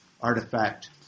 artifact